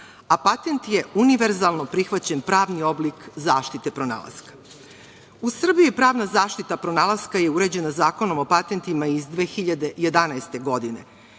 a patent je univerzalno prihvaćen pravni oblik zaštite pronalaska.U Srbiji pravna zaštita pronalaska je uređena Zakonom o patentima iz 2011. godine.